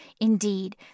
Indeed